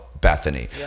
Bethany